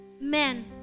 men